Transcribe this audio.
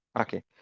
Okay